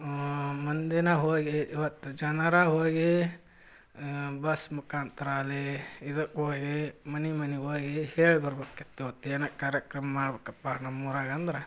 ಮಂದಿನೇ ಹೋಗಿ ಇವತ್ತು ಜನರ ಹೋಗಿ ಬಸ್ ಮುಖಾಂತರ ಆಗ್ಲಿ ಇದಕ್ಕೋಗಿ ಮನೆ ಮನೆಗೋಗಿ ಹೇಳಿಬರ್ಬೇಕಿತ್ತು ಮತ್ತೇನೇ ಕಾರ್ಯಕ್ರಮ ಮಾಡಬೇಕಪ್ಪ ನಮ್ಮ ಊರಾಗಂದ್ರೆ